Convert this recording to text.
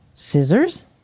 Scissors